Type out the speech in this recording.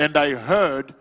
and i heard